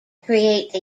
create